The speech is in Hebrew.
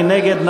מי נגד?